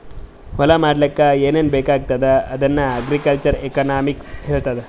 ಹೊಲಾ ಮಾಡ್ಲಾಕ್ ಏನೇನ್ ಬೇಕಾಗ್ತದ ಅದನ್ನ ಅಗ್ರಿಕಲ್ಚರಲ್ ಎಕನಾಮಿಕ್ಸ್ ಹೆಳ್ತುದ್